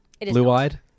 blue-eyed